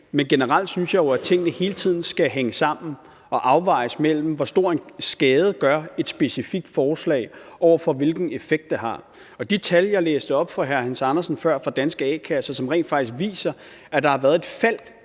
Men generelt synes jeg jo, at tingene hele tiden skal hænge sammen, og at det skal afvejes, hvor stor en skade et specifikt forslag gør, i forhold til hvilken effekt det har. Og de tal, jeg læste op for hr. Hans Andersen før fra Danske A-kasser, som rent faktisk viser, at der har været et fald